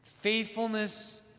faithfulness